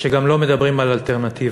שגם לא מדברים על אלטרנטיבות.